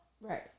Right